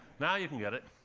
now you can get it.